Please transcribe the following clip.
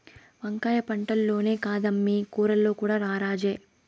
వంకాయ పంటల్లోనే కాదమ్మీ కూరల్లో కూడా రారాజే